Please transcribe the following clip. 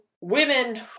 women